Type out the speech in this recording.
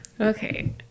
Okay